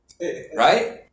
right